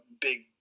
big